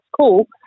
cool